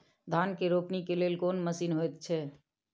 धान के रोपनी के लेल कोन मसीन होयत छै?